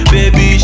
Baby